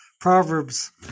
Proverbs